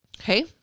okay